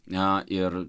na ir